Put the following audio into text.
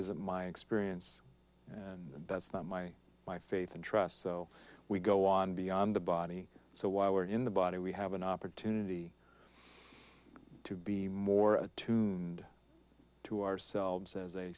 isn't my experience and that's not my my faith and trust so we go on beyond the body so while we are in the body we have an opportunity to be more attuned to ourselves as a